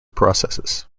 processes